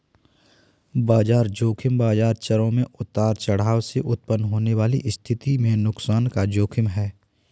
बाजार ज़ोखिम बाजार चरों में उतार चढ़ाव से उत्पन्न होने वाली स्थिति में नुकसान का जोखिम है